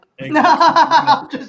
no